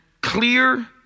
clear